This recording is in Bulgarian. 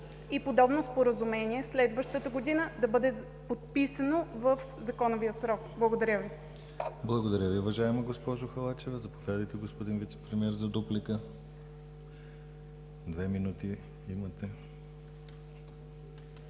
и подобно Споразумение следващата година да бъде подписано в законовия срок. Благодаря Ви. ПРЕДСЕДАТЕЛ ДИМИТЪР ГЛАВЧЕВ: Благодаря Ви, уважаема госпожо Халачева. Заповядайте, господин Вицепремиер за дуплика, две минути имате.